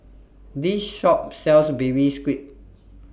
This Shop sells Baby Squid